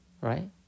Right